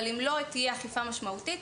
אבל אם לא תהיה אכיפה משמעותית,